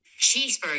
Cheeseburger